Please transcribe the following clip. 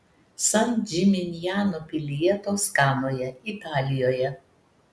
san džiminjano pilyje toskanoje italijoje